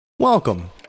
Welcome